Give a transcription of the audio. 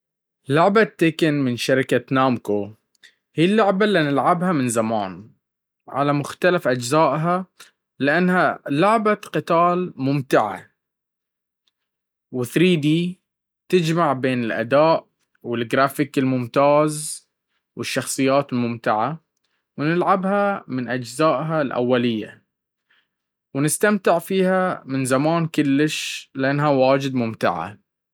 لعبة تيكين من شركة نامكو هي اللعبة اللي نلعبها من زمان على مختلف اجزاءها لأنها لعبة قتال ممتعة و ثري دي تجمع بين الأداء والجرافيك الممتاز والشخصيات الممتعة ونلعبها من أجزائها الأولية ونستمتع فيها من زمان كلش لأنها وايد ممتعة.